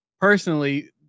personally